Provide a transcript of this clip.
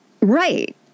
Right